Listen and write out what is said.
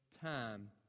time